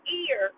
ear